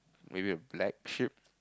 maybe a black sheep